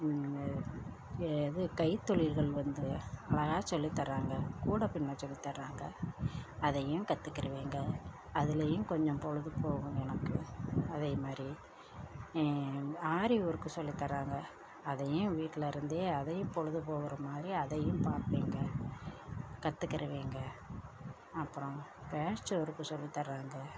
இந்த ஏ இது கைத்தொழில்கள் வந்து அழகாக சொல்லி தராங்க கூடை பின்ன சொல்லி தராங்க அதையும் கற்றுக்கிடுவேங்க அதுலையும் கொஞ்சம் பொழுது போகும் எனக்கு அதை மாதிரி இ ஆரி ஒர்க்கு சொல்லி தராங்க அதையும் வீட்டிலிருந்தே அதையும் பொழுதுபோக்குகிற மாதிரி அதையும் பார்ப்பேங்க கத்துக்கிடுவேங்க அப்புறம் பேச் ஒர்க்கு சொல்லி தராங்க